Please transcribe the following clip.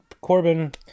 Corbin